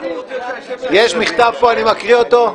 יש מכתב, אני קורא אותו: